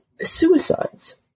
suicides